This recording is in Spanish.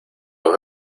los